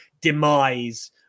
demise